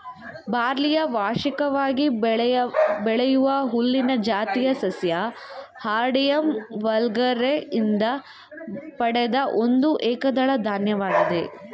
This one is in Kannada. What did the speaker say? ಬಾರ್ಲಿಯು ವಾರ್ಷಿಕವಾಗಿ ಬೆಳೆಯುವ ಹುಲ್ಲಿನ ಜಾತಿಯ ಸಸ್ಯ ಹಾರ್ಡಿಯಮ್ ವಲ್ಗರೆ ಯಿಂದ ಪಡೆದ ಒಂದು ಏಕದಳ ಧಾನ್ಯವಾಗಿದೆ